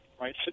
Right